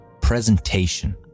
presentation